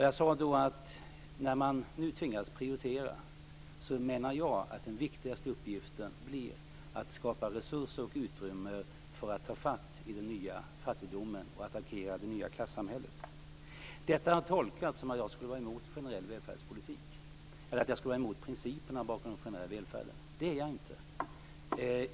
Jag sade då att när man nu tvingas prioritera menar jag att den viktigaste uppgiften blir att skapa resurser och utrymme för att ta fatt i den nya fattigdomen och attackera det nya klassamhället. Detta har tolkats så att jag skulle vara emot generell välfärdspolitik eller att jag skulle vara emot principerna bakom den generella välfärden. Det är jag inte.